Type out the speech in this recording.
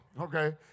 Okay